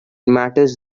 matters